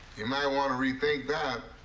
you might wanna rethink that.